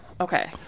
Okay